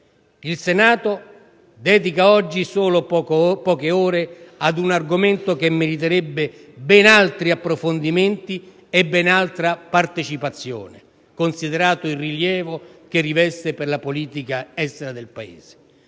Il Senato dedica oggi solo poche ore ad un argomento che meriterebbe ben altri approfondimenti e ben altra partecipazione parlamentare, considerato il rilievo che riveste per la politica estera del Paese.